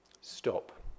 stop